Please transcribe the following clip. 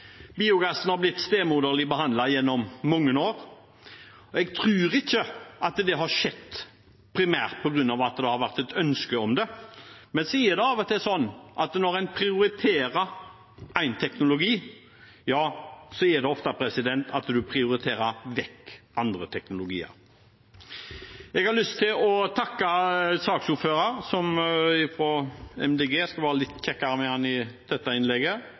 Biogassen har blitt stemoderlig behandlet gjennom mange år. Jeg tror ikke det har skjedd primært på grunn av at det har vært et ønske om det. Men så er det av og til sånn at når en prioriterer én teknologi, prioriterer en vekk andre teknologier. Jeg har lyst til å takke saksordføreren fra MDG. Jeg skal være litt kjekkere med ham i dette innlegget.